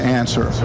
answer